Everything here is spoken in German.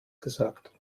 gesagt